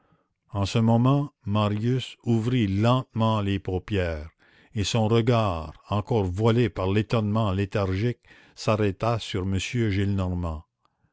en ce moment marius ouvrit lentement les paupières et son regard encore voilé par l'étonnement léthargique s'arrêta sur